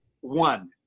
one